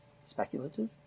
speculative